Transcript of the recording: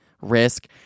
risk